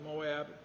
Moab